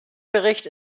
bericht